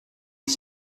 its